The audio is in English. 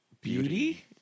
beauty